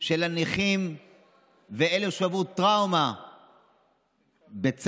של הנכים ושל אלה שעברו טראומה בצה"ל,